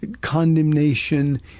condemnation